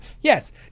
yes